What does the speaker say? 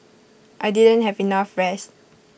I didn't have enough rest